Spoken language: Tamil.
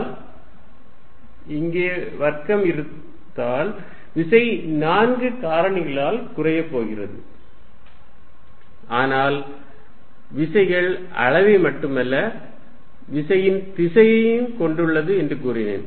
F14π0q1q2r122 இங்கே வர்க்கம் இருந்தால் விசை நான்கு காரணிகளால் குறைய போகிறது ஆனால் விசைகள் அளவை மட்டுமல்ல விசையின் திசையையும் கொண்டுள்ளது என்று கூறினேன்